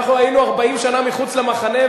אנחנו היינו 40 שנה מחוץ למחנה,